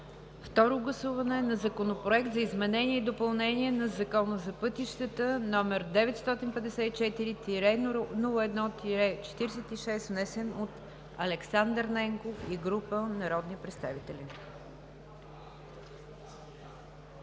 второ гласуване на Законопроект за изменение и допълнение на Закона за пътищата, № 954-01-46, внесен от Александър Ненков и група народни представители,